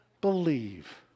believe